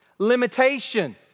Limitation